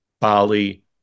Bali